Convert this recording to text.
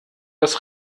das